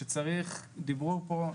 שצריך דיברור פה,